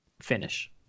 finish